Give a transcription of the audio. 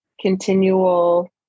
continual